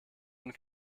und